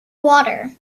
water